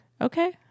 Okay